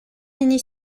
mini